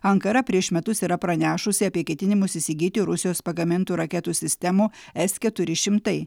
ankara prieš metus yra pranešusi apie ketinimus įsigyti rusijos pagamintų raketų sistemų s keturi šimtai